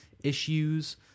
issues